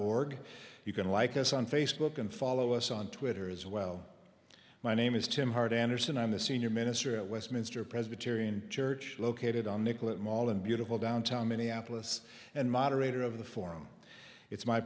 org you can like us on facebook and follow us on twitter as well my name is tim hart anderson i'm a senior minister at westminster presbyterian church located on nicollet mall in beautiful downtown minneapolis and moderator of the form it's my